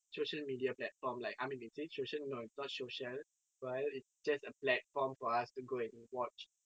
social media platform like I mean is it social no it's not social well it's just a platform for us to go and watch